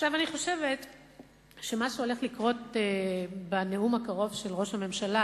אני חושבת שמה שהולך לקרות בנאום הקרוב של ראש הממשלה,